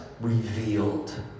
revealed